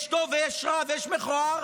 יש טוב ויש רע ויש מכוער.